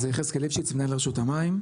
אז יחזקאל ליפשיץ מנהל רשות המים,